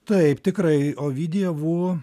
taip tikrai ovidija vū